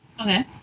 Okay